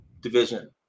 Division